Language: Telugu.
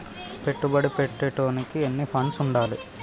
పెట్టుబడి పెట్టేటోనికి ఎన్ని ఫండ్స్ ఉండాలే?